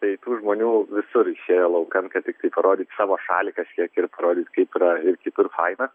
tai tų žmonių visur išėjo laukan kad tiktai parodyt savo šalį kažkiek ir parodyt kaip ir kitur faina